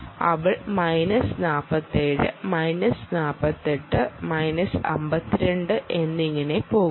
അവൾ minus 47 minus 48 minus 52 എന്നിങ്ങനെ പോകുന്നു